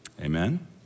Amen